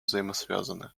взаимосвязаны